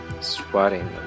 sweating